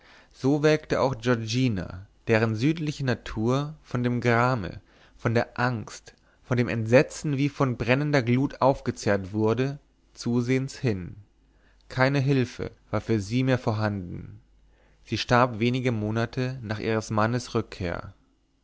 so welkte auch giorgina deren südliche natur von dem grame von der angst von dem entsetzen wie von brennender glut aufgezehrt wurde zusehends hin keine hülfe war für sie mehr vorhanden sie starb wenige monate nach ihres mannes rückkehr